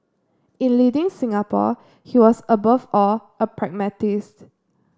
in leading Singapore he was above all a pragmatist